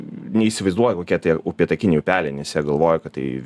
neįsivaizduoja kokie tie upėtakiniai upeliai nes jie galvoja kad tai